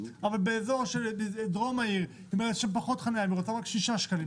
אבל בדרום העיר היא רוצה רק שישה שקלים.